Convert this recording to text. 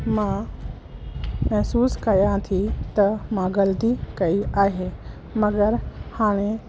मां महिसूसु कयां थी त मां ग़लती कई आहे मगर हाणे